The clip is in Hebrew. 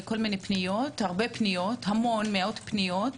כל מיני פניות, מאות פניות?